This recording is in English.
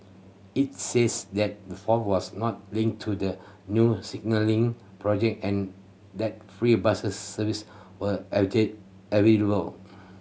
it says that the fault was not linked to the new signalling project and that free buses service were available